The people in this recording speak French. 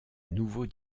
nouveau